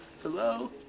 Hello